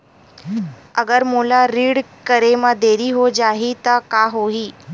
अगर मोला ऋण करे म देरी हो जाहि त का होही?